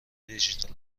دیجیتال